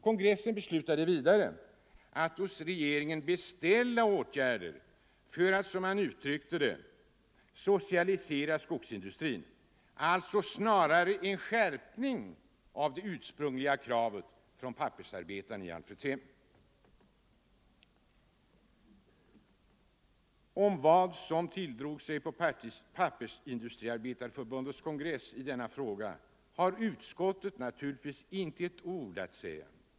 Kongressen beslöt vidare att hos regeringen ”beställa” åtgärder för att, som man uttryckte det, socialisera skogsindustrin — alltså snarare en skärpning av det ursprungliga kravet från pappersarbetarna i Alfredshem. Om vad som tilldrog sig på Pappersindustriarbetareförbundets kongress i denna fråga har utskottet naturligtvis inte ett ord att säga.